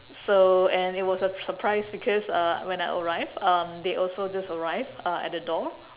so and it was a surprise because uh when I arrived um they also just arrived uh at the door